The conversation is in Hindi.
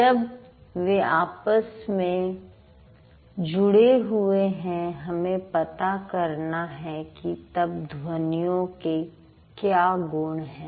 जब वे आपस में जुड़े हुए हैं हमें पता करना है कि तब ध्वनियों के क्या गुण हैं